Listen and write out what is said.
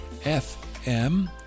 FM